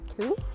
two